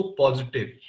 positive